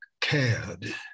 cared